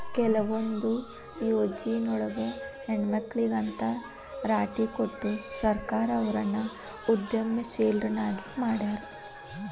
ಕೆಲವೊಂದ್ ಯೊಜ್ನಿಯೊಳಗ ಹೆಣ್ಮಕ್ಳಿಗೆ ಅಂತ್ ರಾಟಿ ಕೊಟ್ಟು ಸರ್ಕಾರ ಅವ್ರನ್ನ ಉದ್ಯಮಶೇಲ್ರನ್ನಾಗಿ ಮಾಡ್ಯಾರ